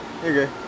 okay